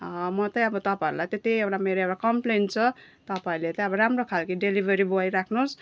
म चाहिँ अब तपाईँहरूलाई त्यही एउटा मेरो एउटा कम्प्लेन छ तपाईँहरूले त अब राम्रै खालको डेलिभरी बोय राख्नुहोस्